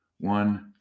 one